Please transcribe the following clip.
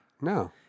No